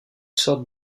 sorte